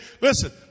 listen